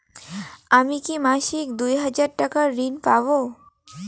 আমি কি মাসিক দুই হাজার টাকার ঋণ পাব?